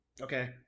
Okay